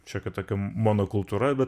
šiokia tokia monokultūra bet